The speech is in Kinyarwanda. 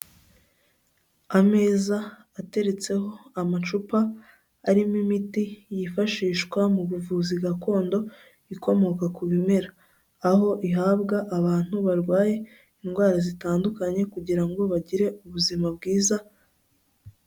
Ameza ateretseho amacupa arimo imiti yifashishwa mu buvuzi gakondo ikomoka ku bimera, aho ihabwa abantu barwaye indwara zitandukanye kugira ngo bagire ubuzima bwiza.